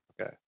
Okay